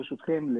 ברשותכם,